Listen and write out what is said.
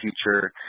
future